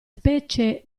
specie